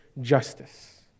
justice